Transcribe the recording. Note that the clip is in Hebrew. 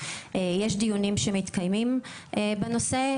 יש דיונים שמתקיימים בנושא.